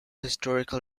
historical